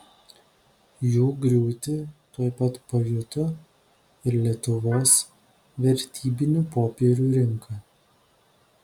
jų griūtį tuoj pat pajuto ir lietuvos vertybinių popierių rinka